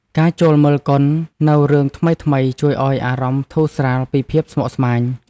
ការចូលមើលកុននូវរឿងថ្មីៗជួយឱ្យអារម្មណ៍ធូរស្រាលពីភាពស្មុគស្មាញ។